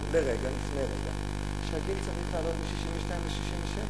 לפני רגע שהגיל צריך לעלות מ-62 ל-67,